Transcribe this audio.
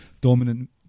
dominant